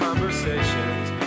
Conversations